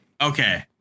okay